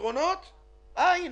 כשפתרונות אין.